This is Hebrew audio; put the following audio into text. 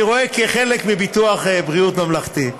אני רואה: כחלק מביטוח בריאות ממלכתי.